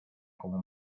como